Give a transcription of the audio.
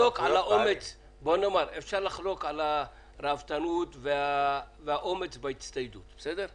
אפשר לחלוק על הראוותנות והאומץ בהצטיידות, בסדר?